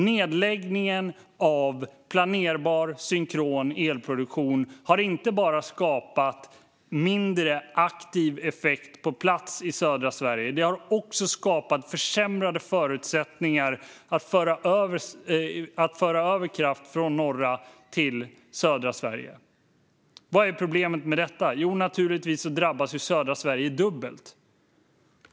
Nedläggningen av planerbar synkron elproduktion har inte bara skapat mindre aktiv effekt på plats i södra Sverige utan också försämrade förutsättningar att föra över kraft från norra till södra Sverige. Vad är problemet med detta? Jo, naturligtvis drabbas södra Sverige dubbelt.